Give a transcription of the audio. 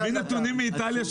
הם הביאו נתונים מאיטליה,